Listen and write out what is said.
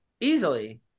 easily